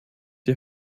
die